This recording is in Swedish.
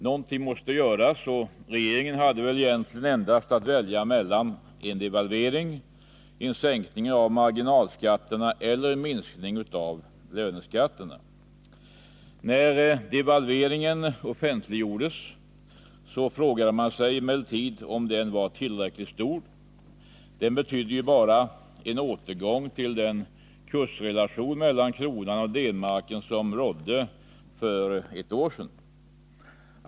Någonting måste göras, och regeringen hade väl egentligen endast att välja mellan en devalvering, en sänkning av marginalskatterna eller en minskning av löneskatterna. När devalveringen offentliggjordes frågade man sig emellertid om den var tillräckligt stor — den betydde ju bara en återgång till den kursrelation mellan kronan och D-marken som rådde för ett år sedan.